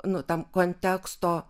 nu tom konteksto